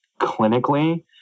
clinically